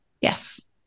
Yes